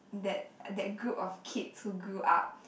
that that group of kids who grew up